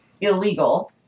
Illegal